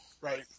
Right